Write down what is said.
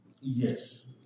Yes